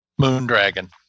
Moondragon